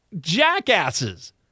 jackasses